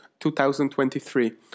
2023